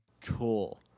cool